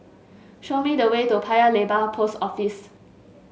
show me the way to Paya Lebar Post Office